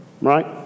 Right